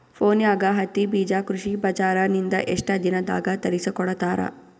ಫೋನ್ಯಾಗ ಹತ್ತಿ ಬೀಜಾ ಕೃಷಿ ಬಜಾರ ನಿಂದ ಎಷ್ಟ ದಿನದಾಗ ತರಸಿಕೋಡತಾರ?